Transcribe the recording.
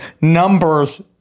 numbers